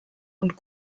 und